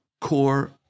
core